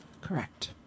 Correct